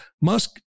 Musk